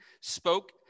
spoke